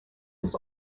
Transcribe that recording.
was